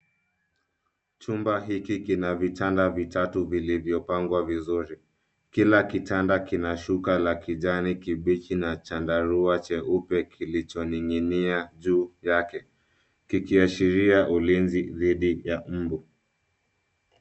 Chumba hiki kina vitanda vitatu vilivyopangwa vizuri. Kila kitanda kina shuka la kijani kibichi na chandarua cheupe kilichoning'inia juu yake kikiashiria ulinzi dhidi ya mbu.